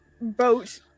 boat